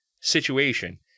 situation